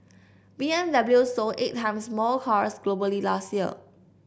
B M W sold eight times more cars globally last year